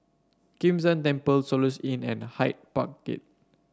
Kim San Temple Soluxe Inn and Hyde Park Gate